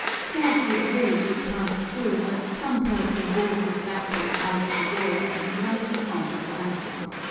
scarcely a village is passed through but some person waltzes backward out of a door and right in front of the bicycle.